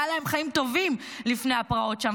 והיו להם חיים טובים לפני הפרעות שם,